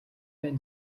байн